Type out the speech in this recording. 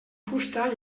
fusta